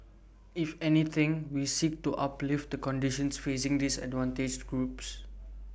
if anything we seek to uplift the conditions facing disadvantaged groups